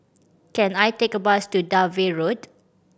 can I take a bus to Dalvey Road